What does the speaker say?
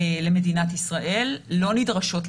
למדינת ישראל, לא נדרשות לבידוד,